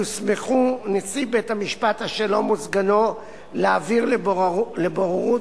יוסמכו נשיא בית-משפט השלום או סגנו להעביר לבוררות